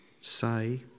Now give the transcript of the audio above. say